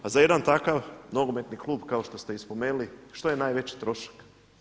A za jedan takav nogometni klub kao što ste i spomenuli, što je najveći trošak?